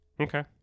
Okay